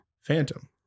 Phantom